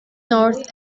north